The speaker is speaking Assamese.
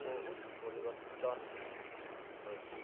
বহুত পৰিৱৰ্তন হৈছে